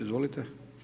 Izvolite.